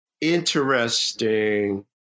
interesting